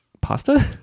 Pasta